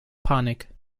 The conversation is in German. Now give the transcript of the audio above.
panik